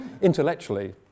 intellectually